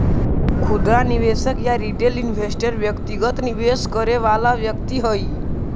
खुदरा निवेशक या रिटेल इन्वेस्टर व्यक्तिगत निवेश करे वाला व्यक्ति हइ